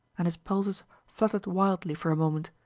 and his pulses fluttered wildly for a moment.